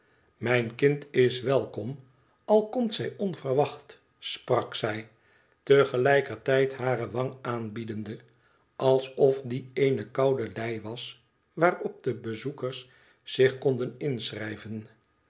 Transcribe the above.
mijn kind is welkom al komt zij onverwacht sprak zij te gelijker tijd hare wang aanbiedende alsof die eene koude lei was waarop de bezoekers zich konden inschrijven